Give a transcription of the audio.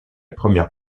première